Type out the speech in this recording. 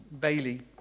Bailey